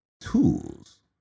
tools